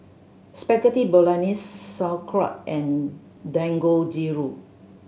Spaghetti Bolognese Sauerkraut and Dangojiru